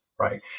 right